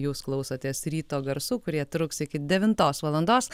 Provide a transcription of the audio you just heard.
jūs klausotės ryto garsų kurie truks iki devintos valandos